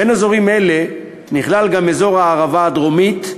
בין אזורים אלה נכלל גם אזור הערבה הדרומית,